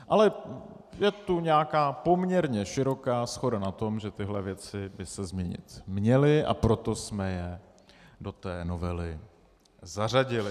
Ale je tu nějaká poměrně široká shoda na tom, že tyhle věci by se změnit měly, a proto jsme je do té novely zařadili.